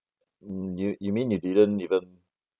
hmm you you mean you didn't even